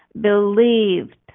believed